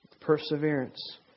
Perseverance